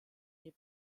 les